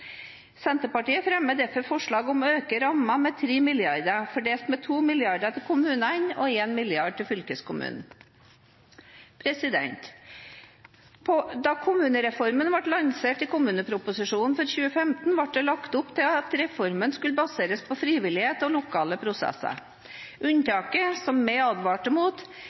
Senterpartiet fremmer derfor forslag om å øke rammene med 3 mrd. kr fordelt med 2 mrd. kr til kommunene og 1 mrd. kr til fylkeskommunen. Da kommunereformen ble lansert i kommuneproposisjonen for 2015, ble det lagt opp til at reformen skulle baseres på frivillighet og lokale prosesser. Unntaket, som vi advarte mot,